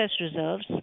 reserves